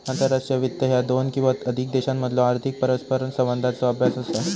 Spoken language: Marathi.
आंतरराष्ट्रीय वित्त ह्या दोन किंवा अधिक देशांमधलो आर्थिक परस्परसंवादाचो अभ्यास असा